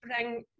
bring